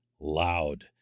loud